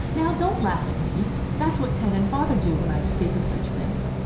now don't laugh at me that's what ted and father do when i speak of such things,